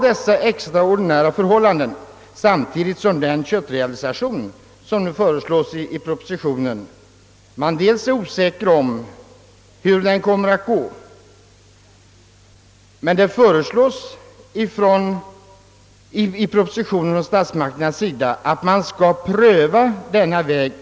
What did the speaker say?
Det råder extraordinära förhållanden, samtidigt som man är osäker om hur den köttrealisation som nu föreslås i propositionen kommer att utfalla. Det föreslås i propositionen att man från statsmakternas sida skall pröva denna väg.